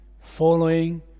following